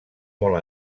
molt